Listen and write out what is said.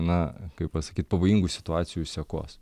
na kaip pasakyt pavojingų situacijų sekos